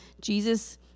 jesus